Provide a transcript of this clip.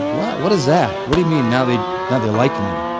what what is that? what do you mean now they now they like me?